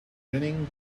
grinning